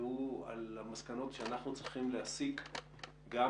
והוא על המסקנות שאנחנו צריכים להסיק גם